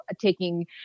taking